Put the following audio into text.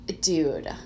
dude